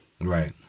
right